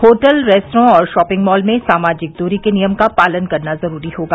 hotel restaurant और shopping mall में सामाजिक दूरी के नियम का पालन करना जरूरी होगा